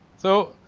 so,